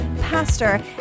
pastor